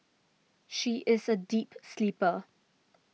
she is a deep sleeper